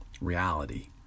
reality